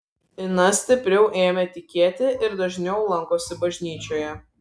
ina stipriau ėmė tikėti ir dažniau lankosi bažnyčioje